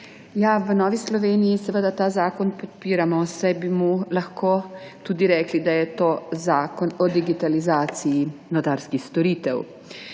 V Novi Sloveniji seveda ta zakon podpiramo, saj bi lahko tudi rekli, da je to zakon o digitalizaciji notarskih storitev.